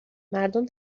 مردم